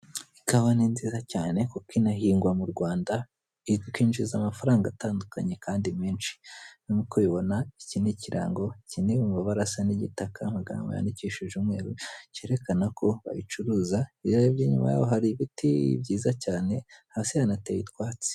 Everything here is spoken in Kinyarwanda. Ikawa ni nziza cyane kuko inahingwa mu Rwanda, ikinjiza amafaranga atandukanye kandi menshi, nk'uko ubibona iki ni ikirango kiri mu mabara asa n'igitaka, amagambo yandikishije umweru cyerekana ko bayicuruza, iyo urebye inyuma yaho hari ibiti byiza cyane, hasi hanateye utwatsi.